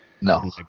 No